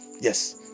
Yes